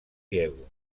diego